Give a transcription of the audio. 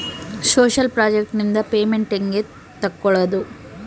Social project ನಿಂದ payment ಹೆಂಗೆ ತಕ್ಕೊಳ್ಳದು?